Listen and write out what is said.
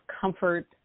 comfort